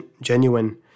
genuine